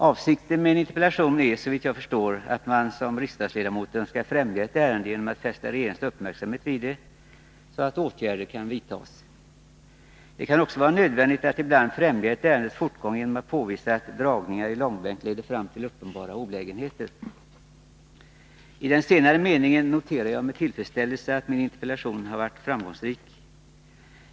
Avsikten med en interpellation är, såvitt jag förstår, att man som riksdagsledamot önskar främja ett ärende genom att fästa regeringens uppmärksamhet på det, så att åtgärder kan vidtas. Det kan också vara nödvändigt att ibland främja ett ärendes fortgång genom att påvisa att dragningar i långbänk leder fram till uppenbara olägenheter. I den senare meningen noterar jag med tillfredsställelse att min interpellation har varit framgångsrik.